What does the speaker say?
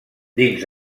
dins